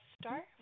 star